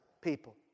people